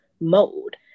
mode